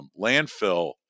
Landfill